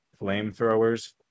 flamethrowers